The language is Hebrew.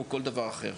או כל דבר אחר.